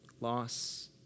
Loss